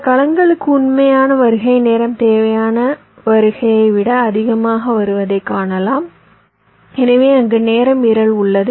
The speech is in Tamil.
சில கலங்களுக்கு உண்மையான வருகை நேரம் தேவையான வருகையை விட அதிகமாகி வருவதை காணலாம் எனவே அங்கு நேர மீறல் உள்ளது